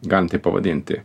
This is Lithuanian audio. galim taip pavadinti